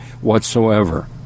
whatsoever